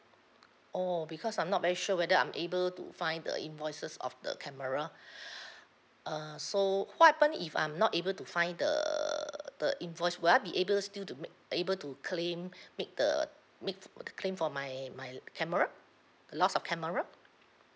oh because I'm not very sure whether I'm able to find the invoices of the camera err so what happen if I'm not able to find the the invoice will I be able still to make able to claim make the make the uh the claim for my my camera loss of camera